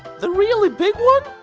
the really big one?